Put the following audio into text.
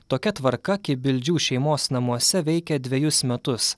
tokia tvarka kibildžių šeimos namuose veikia dvejus metus